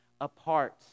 apart